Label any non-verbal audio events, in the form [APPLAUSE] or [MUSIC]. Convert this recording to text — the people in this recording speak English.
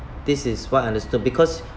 this is what I understood because [BREATH]